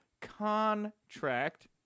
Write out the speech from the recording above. contract